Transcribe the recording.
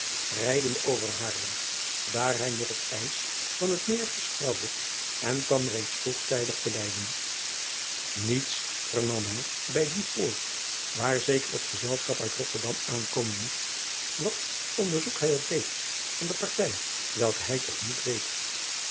rijdende over aarlem daar hij nog het ijs van het eer mistrouwde en kwam reeds vroegtijdig te eyden iets vernam hij bij die poort waar zeker het gezelschap uit otterdam aankomen moest wat onderzoek hij ook deed van de partij welke hij te gemoet reed